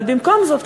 אבל במקום זאת,